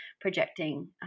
projecting